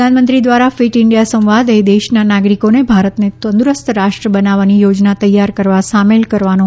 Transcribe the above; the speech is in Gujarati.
પ્રધાનમંત્રી દ્વારા ફીટ ઈન્ડિયા સંવાદ એ દેશના નાગરિકોને ભારતને તંદુરસ્ત રાષ્ટ્ર બનાવવાની યોજના તૈયાર કરવા માટે શામેલ કરવાનો વધુ એક પ્રયાસ છે